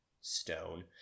stone